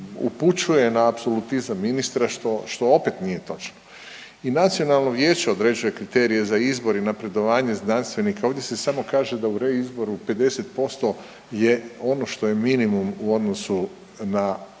upućuje na apsolutizam ministra što, što opet nije točno i nacionalno vijeće određuje kriterije za izbor i napredovanje znanstvenika, ovdje se samo kaže da u reizboru 50% je ono što je minimum u odnosu na